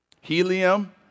Helium